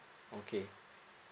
okay